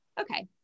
Okay